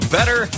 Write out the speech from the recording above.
Better